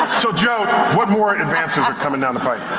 so jo, what more advances are coming down the pipe?